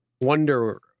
wonder